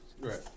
Right